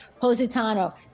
Positano